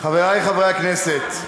חברי חברי הכנסת,